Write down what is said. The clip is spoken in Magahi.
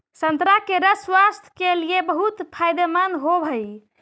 संतरा के रस स्वास्थ्य के लिए बहुत फायदेमंद होवऽ हइ